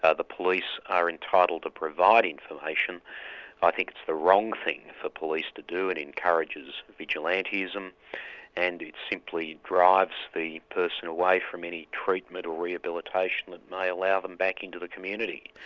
ah the police are entitled to provide i ah think it's the wrong thing for police to do, it encourages vigilantism and it simply drives the person away from any treatment or rehabilitation that may allow them back into the community.